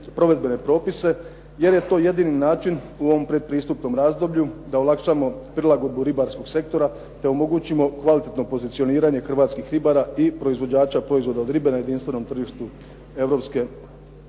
provedbene propise, jer je to jedini način u ovom pretpristupnom razdoblju da olakšamo prilagodbu ribarskog sektora, te omogućimo kvalitetno pozicioniranje hrvatskih ribara i proizvođača proizvoda od ribe na jedinstvenom tržištu